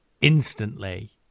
instantly